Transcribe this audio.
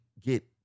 get